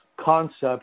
concept